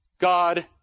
God